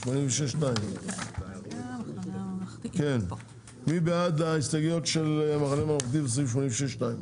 2. מי בעד ההסתייגויות של המחנה הממלכתי בסעיף 86 2?